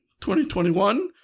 2021